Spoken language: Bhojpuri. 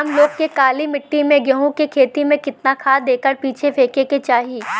हम लोग के काली मिट्टी में गेहूँ के खेती में कितना खाद एकड़ पीछे फेके के चाही?